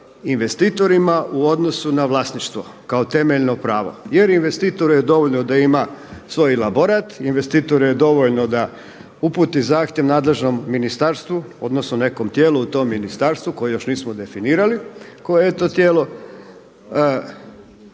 u odnosnu na vlasništvo kao temeljno pravo jer investitoru je dovoljno da ima svoj elaborat, investitoru je dovoljno da uputi zahtjev nadležnom ministarstvu odnosno nekom tijelu u tom ministarstvu koje još nismo definirali koje je to tijelo,